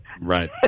Right